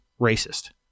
racist